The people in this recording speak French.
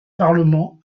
parlement